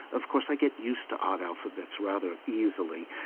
of course, i get used to odd alphabets rather easily.